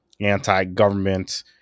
anti-government